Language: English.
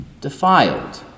defiled